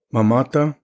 Mamata